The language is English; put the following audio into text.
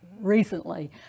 recently